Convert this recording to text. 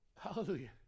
hallelujah